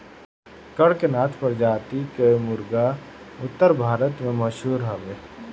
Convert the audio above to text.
कड़कनाथ प्रजाति कअ मुर्गा उत्तर भारत में मशहूर हवे